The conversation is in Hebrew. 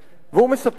והוא מספר כך: